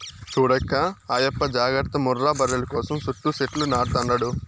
చూడక్కా ఆయప్ప జాగర్త ముర్రా బర్రెల కోసం సుట్టూ సెట్లు నాటతండాడు